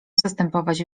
zastępować